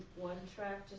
one track,